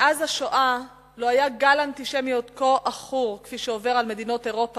מאז השואה לא היה גל אנטישמיות כה עכור כפי שעובר על מדינות אירופה,